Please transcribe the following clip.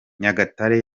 nyagatare